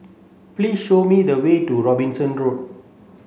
please show me the way to Robinson Road